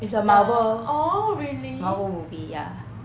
it's a marvel marvel movie ya